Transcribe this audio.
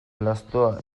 lastoa